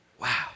Wow